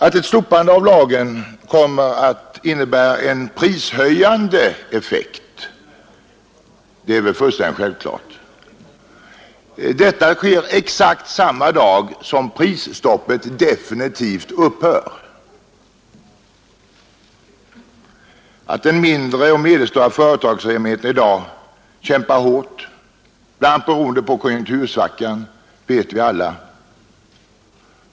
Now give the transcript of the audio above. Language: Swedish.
Att ett slopande av lagen kommer att få en prishöjande effekt är väl fullständigt självklart. Detta sker exakt samma dag som prisstoppet definitivt upphör. Att den mindre och medelstora företagsamheten i dag kämpar hårt — bl.a. beroende på konjunktursvackan — vet vi alla.